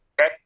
Okay